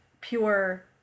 pure